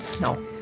no